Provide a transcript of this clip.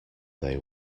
they